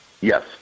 Yes